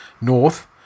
North